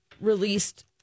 released